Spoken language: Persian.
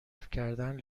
کردن